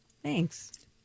Thanks